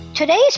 Today's